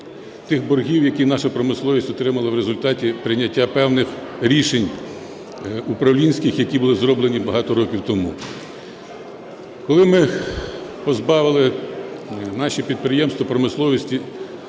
тих боргів, які наша промисловість отримала в результаті прийняття певних рішень управлінських, які були зроблені багато років тому. Коли ми позбавили наші підприємства промисловості,